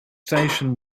station